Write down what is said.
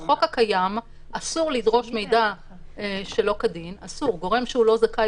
בחוק הקיים היום לגורם שהוא לא זכאי